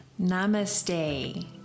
namaste